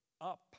up